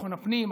ביטחון הפנים,